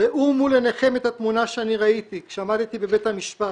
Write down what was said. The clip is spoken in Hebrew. ראו מול עינכם את התמונה שאני ראיתי כשעמדתי בבית המשפט: